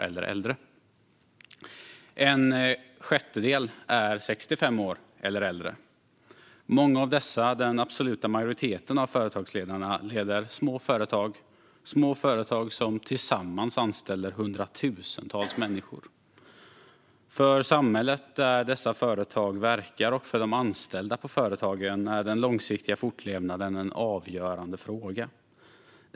En sjättedel är 65 år eller äldre. Den absoluta majoriteten av företagsledarna leder små företag som tillsammans anställer hundratusentals människor. För samhället där dessa företag verkar och för de anställda på företagen är den långsiktiga fortlevnaden en avgörande fråga.